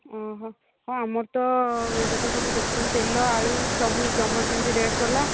ଓଃ ହଁ ଆମର ତ ଏବେ ତ ସବୁ ଦେଖୁଛନ୍ତି ତେଲ ଆଳୁ ସବୁ ଗମେଣ୍ଟ୍ କେମିତି ରେଟ୍ କଲା